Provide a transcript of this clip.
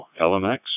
LMX